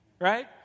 Right